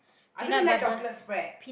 I don't really like chocolate spread